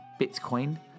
Bitcoin